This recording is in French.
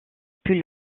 plus